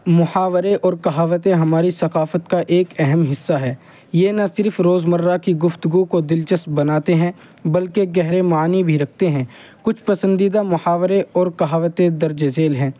محاورے اور کہاوتیں ہماری ثقافت کا ایک اہم حصہ ہے یہ نہ صرف روز مرہ کی گفتگو کو دلچسپ بناتے ہیں بلکہ گہرے معنی بھی رکھتے ہیں کچھ پسندیدہ محاورے اور کہاوتیں درج ذیل ہیں